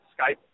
Skype